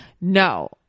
No